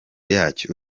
yacyo